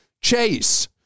Chase